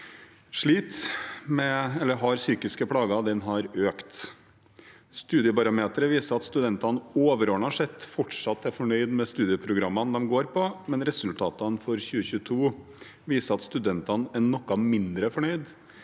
som har psykiske plager, har økt. Studiebarometeret viser at studentene overordnet sett fortsatt er fornøyde med studieprogrammene de går på, men resultatene for 2022 viser at studentene er noe mindre fornøyde